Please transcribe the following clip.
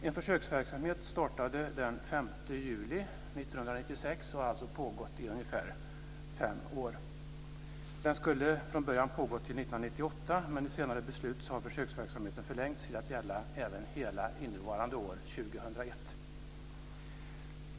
En försöksverksamhet startade den 1 juli 1996 och har alltså pågått i ungefär fem år. Den skulle från början pågå till 1998, men enligt ett senare beslut har försöksverksamheten förlängts till att gälla även hela innevarande år, 2001.